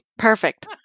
Perfect